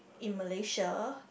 in Malaysia